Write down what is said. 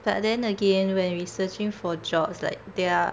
but then again when we searching for jobs like there are